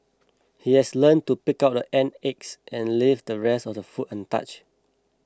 he has learnt to pick out the ant eggs and leave the rest of the food untouched